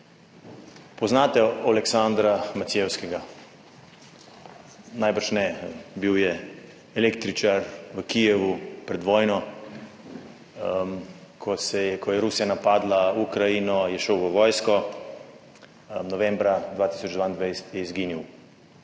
Poznate Oleksandra Macijevskega? Najbrž ne, bil je električar v Kijevu, pred vojno, ko se je, ko je Rusija napadla Ukrajino, je šel v vojsko, novembra 2022 je izginil.